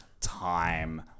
Time